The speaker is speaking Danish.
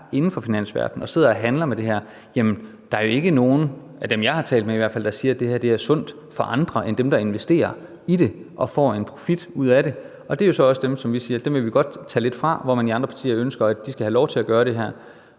der er i finansverdenen og sidder og handler med det her, så er der ikke nogen, i hvert fald ikke blandt dem, jeg har talt med, der siger, at det her er sundt for andre end dem, der investerer i det og får en profit ud af det. Det er så også dem, hvor vi siger, at dem vil vi godt tage lidt fra, hvor man i andre partier ønsker, at de skal have lov til at gøre det.